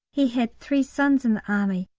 he had three sons in the army,